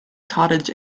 cottage